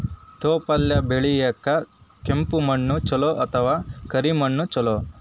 ತೊಪ್ಲಪಲ್ಯ ಬೆಳೆಯಲಿಕ ಕೆಂಪು ಮಣ್ಣು ಚಲೋ ಅಥವ ಕರಿ ಮಣ್ಣು ಚಲೋ?